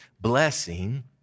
blessing